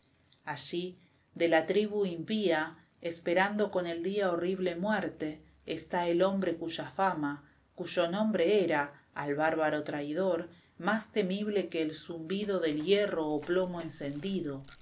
allí de la tribu impía esperando con el día horrible muerte está el hombre cuya fama cuyo nombre era al bárbaro traidor más temible que el zumbido del hierro o plomo encendido